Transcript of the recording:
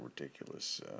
ridiculous